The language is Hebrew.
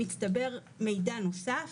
מצטבר מידע נוסף.